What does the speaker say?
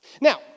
Now